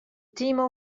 demo